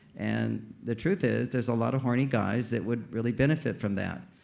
and the truth is, there's a lot of horny guys that would really benefit from that,